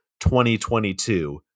2022